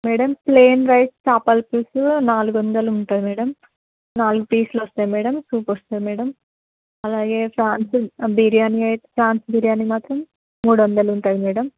madam plain rice చేపల పులుసు నాలుగు వందలు ఉంటుంది మేడం నాలుగు పీసులు వస్తాయి మేడం సూప్ వస్తుంది మేడం అలాగే ప్రాన్స్ బిర్యానీ అవి ప్రాన్స్ బిర్యానీ మాత్రం మూడు వందలు ఉంటుంది మేడం